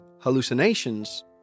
Hallucinations